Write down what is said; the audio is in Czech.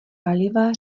paliva